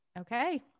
okay